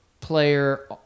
player